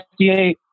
FDA